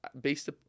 based